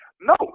No